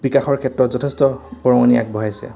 বিকাশৰ ক্ষেত্ৰত যথেষ্ট বৰঙনি আগবঢ়াইছে